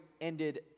ended